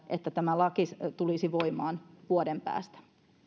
että tämä laki tulisi voimaan vuoden päästä